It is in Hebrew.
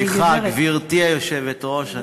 סליחה, גברתי היושבת-ראש.